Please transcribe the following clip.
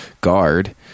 guard